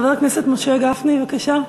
חבר הכנסת משה גפני, בבקשה,